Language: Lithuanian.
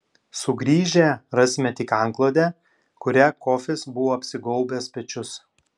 sugrįžę rasime tik antklodę kuria kofis buvo apsigaubęs pečius